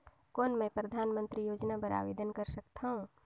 कौन मैं परधानमंतरी योजना बर आवेदन कर सकथव?